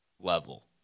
level